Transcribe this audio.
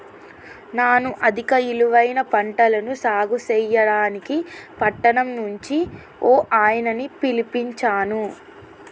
నాను అధిక ఇలువైన పంటలను సాగు సెయ్యడానికి పట్టణం నుంచి ఓ ఆయనని పిలిపించాను